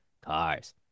cars